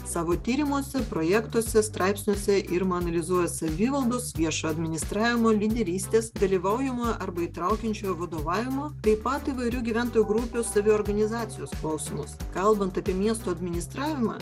savo tyrimuose projektuose straipsniuose irma analizuoja savivaldos viešo administravimo lyderystės dalyvaujamo arba įtraukiančio vadovavimo taip pat įvairių gyventojų grupių saviorganizacijos klausimus kalbant apie miestų administravimą